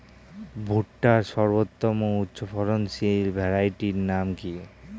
ভুট্টার সর্বোত্তম উচ্চফলনশীল ভ্যারাইটির নাম কি?